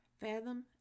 Fathom